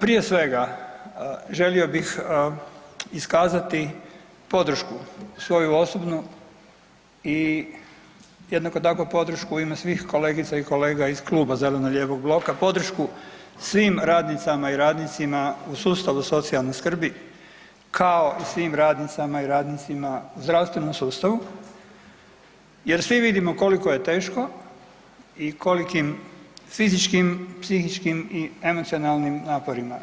Prije svega, želio bih iskazati podršku svoju osobnu i jednako tako podršku u ime svih kolegica i kolega iz Kluba zeleno-lijevog bloka, podršku svim radnicama i radnicima u sustavu socijalne skrbi, kao i svim radnicama i radnicima u zdravstvenom sustavu jer svi vidimo koliko je teško i kolikim fizičkim, psihičkim i emocionalnim naporima